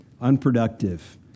unproductive